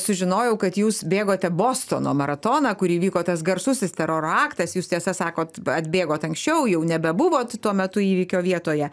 sužinojau kad jūs bėgote bostono maratoną kur įvyko tas garsusis teroro aktas jūs tiesa sakot atbėgot anksčiau jau nebebuvot tuo metu įvykio vietoje